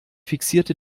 fixierte